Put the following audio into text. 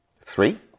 Three